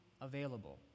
available